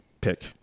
pick